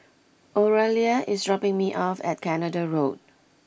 Oralia is dropping me off at Canada Road